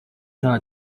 nta